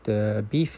the beef